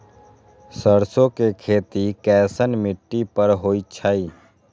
सरसों के खेती कैसन मिट्टी पर होई छाई?